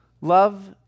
Love